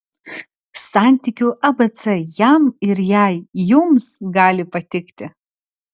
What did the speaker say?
santykių abc jam ir jai jums gali patikti